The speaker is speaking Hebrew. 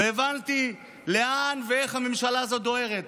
והבנתי לאן ואיך הממשלה הזאת דוהרת: